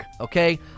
okay